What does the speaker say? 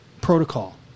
protocol